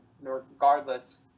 regardless